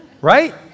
right